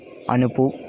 అనుపు